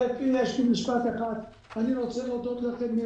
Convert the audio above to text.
יש לי רק משפט אחד לומר: אני רוצה להודות לך מראש,